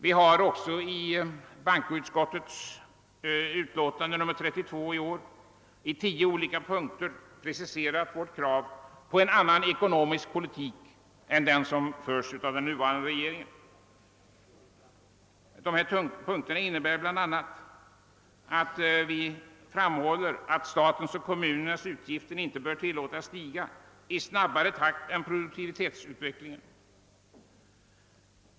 I en reservation till bankoutskottets utlåtande nr 32 i år har vi i tio olika punkter preciserat våra krav på en annan ekonomisk politik än den som förs av den nuvarande regeringen. I dessa punkter framhåller vi bl.a. att statens och kommunernas utgifter inte bör tillåtas stiga i snabbare takt än produktivitetsutvecklingen.